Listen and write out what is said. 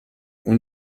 اون